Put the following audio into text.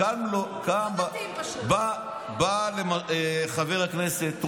אדוני השר, אל תפנה אליי.